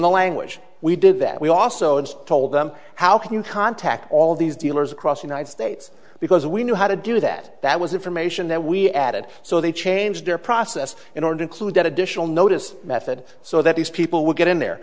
the language we did that we also told them how can you contact all these dealers across the united states because we knew how to do that that was information that we added so they changed their process and aren't included additional notice method so that these people will get in there